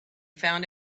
found